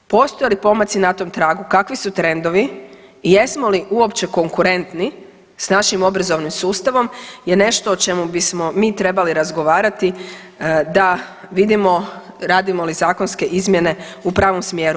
Postoje li pomaci na tom tragu, kakvi su trendovi i jesmo li uopće konkurentni s našim obrazovnim sustavom je nešto o čemu bismo mi trebali razgovarati da vidimo radimo li zakonske izmjene u pravom smjeru.